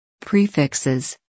Prefixes